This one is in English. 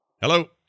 Hello